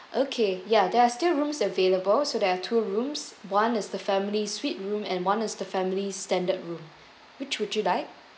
okay ya there are still rooms available so there are two rooms one is the family suite room and one is the family standard room which would you like